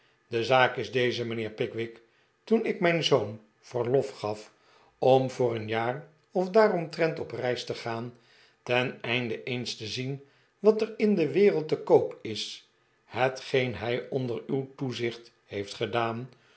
de zaak is deze mijnheer pickwick toen ik mijn zoon veriof gaf om voor een jaar of daaromtrent op reis te gaan ten einde eens te zien wat er in de wereld te koop is hetgeen hij onder uw toezicht heeft gedaan